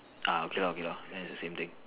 ah okay lah okay lah that is the same thing